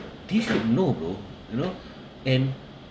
they should know bro you know and